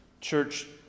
Church